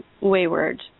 wayward